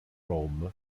rom